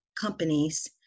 companies